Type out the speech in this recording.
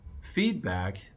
feedback